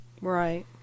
Right